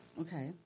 Okay